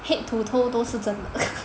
head to toe 都是真的